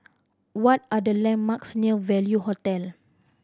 what are the landmarks near Value Hotel